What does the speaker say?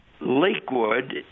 Lakewood